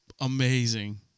Amazing